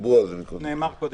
נאמר קודם.